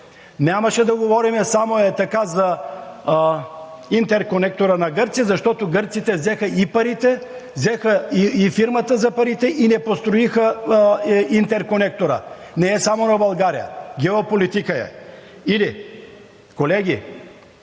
Нямаше да говорим само за интерконектора на Гърция, защото гърците взеха и парите, взеха и фирмата за парите, и не построиха интерконектора. Не е само на България. Геополитика е. Колеги,